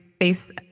face